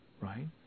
right